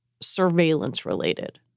surveillance-related